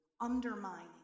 undermining